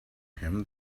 him